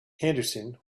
henderson